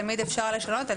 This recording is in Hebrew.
תמיד אפשר לשנות את זה.